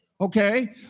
Okay